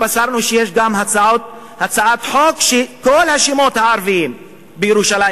התבשרנו שיש גם הצעת חוק שכל השמות הערביים בירושלים,